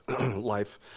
life